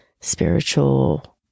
spiritual